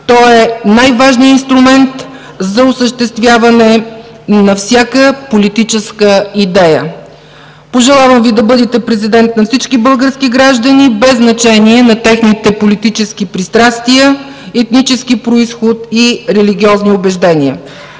То е най-важният инструмент за осъществяване на всяка политическа идея. Пожелавам Ви да бъдете президент на всички български граждани, без значение на техните политически пристрастия, етнически произход и религиозни убеждения.